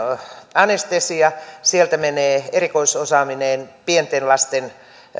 anestesia sieltä menee erikoisosaaminen pienten lasten